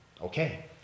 okay